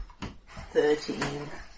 thirteen